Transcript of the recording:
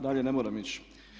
Dalje ne moram ići.